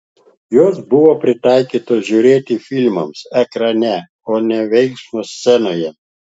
jos buvo pritaikytos žiūrėti filmams ekrane o ne veiksmui scenoje